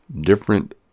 different